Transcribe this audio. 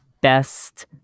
best